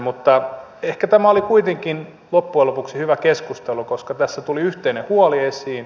mutta ehkä tämä oli kuitenkin loppujen lopuksi hyvä keskustelu koska tässä tuli yhteinen huoli esiin